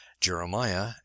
jeremiah